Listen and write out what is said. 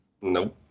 Nope